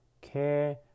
care